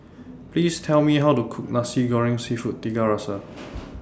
Please Tell Me How to Cook Nasi Goreng Seafood Tiga Rasa